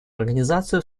организацию